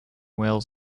wales